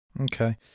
Okay